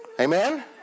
Amen